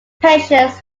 patients